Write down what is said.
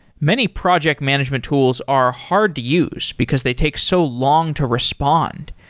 many project management tools are hard to use because they take so long to respond,